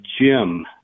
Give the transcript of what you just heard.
Jim